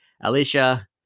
Alicia